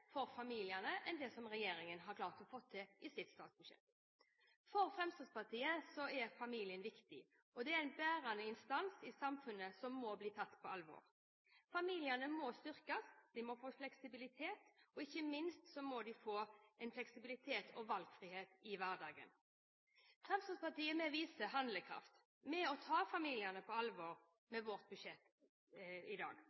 for familiene enn det som regjeringen har klart å få til i sitt statsbudsjett. For Fremskrittspartiet er familien viktig. Det er en bærende instans i samfunnet som må bli tatt på alvor. Familiene må styrkes, de må få fleksibilitet, og ikke minst må de få en fleksibilitet og en valgfrihet i hverdagen. Fremskrittspartiet viser handlekraft ved å ta familiene på alvor med vårt budsjett i